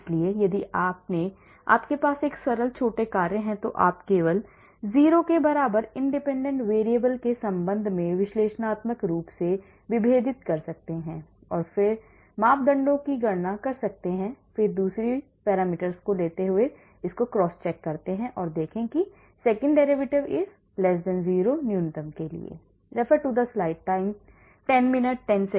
इसलिए यदि आपके पास सरल छोटे कार्य हैं तो आप इसे केवल 0 के बराबर independent variable के संबंध में विश्लेषणात्मक रूप से विभेदित कर सकते हैं और फिर मापदंडों की गणना कर सकते हैं और फिर दूसरी parameters लेते हुए चेक को cross check करते हैं और देखें कि second derivative is0 न्यूनतम के लिए है